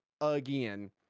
again